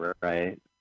Right